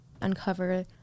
uncover